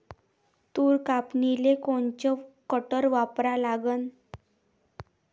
तूर कापनीले कोनचं कटर वापरा लागन?